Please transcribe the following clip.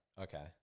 Okay